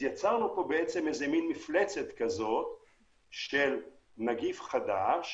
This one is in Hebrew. יצרנו פה בעצם מין מפלצת של נגיף חדש